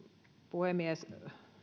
puhemies